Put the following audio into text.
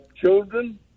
children